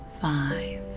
five